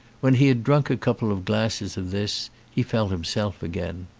when he had drunk a couple of glasses of this he felt himself again.